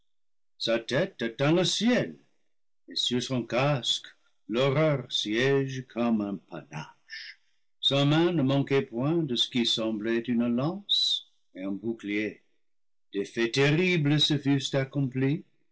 sa tête atteint le ciel et sur son casque l'horreur siége comme un panache sa main ne manquait point de ce qui semblait une lance et un bouclier des faits terribles se fussent accomplis